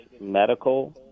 medical